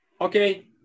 okay